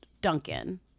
Duncan